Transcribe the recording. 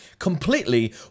completely